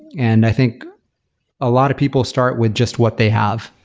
and i think a lot of people start with just what they have.